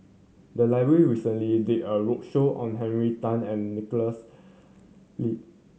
the library recently did a roadshow on Henry Tan and Nicholas Ee